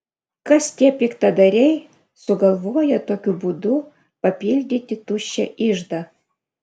kas tie piktadariai sugalvoję tokiu būdu papildyti tuščią iždą